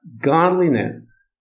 godliness